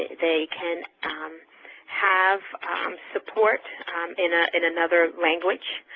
they can have support in ah in another language.